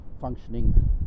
functioning